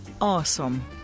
awesome